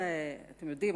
אתם יודעים,